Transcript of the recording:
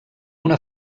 una